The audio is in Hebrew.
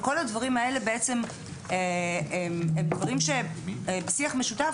וכל הדברים האלה הם בעצם דברים שבשיח משותף